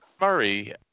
murray